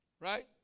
right